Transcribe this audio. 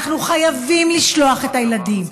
אנחנו חייבים לשלוח את הילדים.